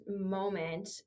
moment